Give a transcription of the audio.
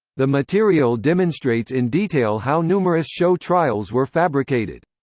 the material demonstrates in detail how numerous show trials were fabricated.